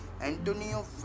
Antonio